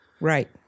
Right